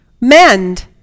mend